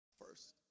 First